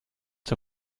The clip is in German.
zur